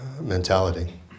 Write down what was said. mentality